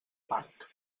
parc